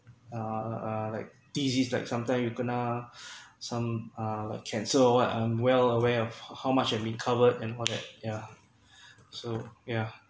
uh uh like disease like sometime you kena some a uh cancer or what I'm well aware of how much I've been covered and all that yeah so yeah